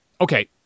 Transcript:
Okay